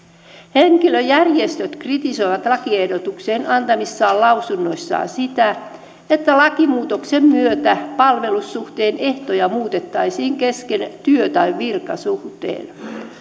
henkilöstöjärjestöt kritisoivat lakiehdotukseen antamissaan lausunnoissaan sitä että lakimuutoksen myötä palvelussuhteen ehtoja muutettaisiin kesken työ tai virkasuhteen